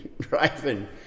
driving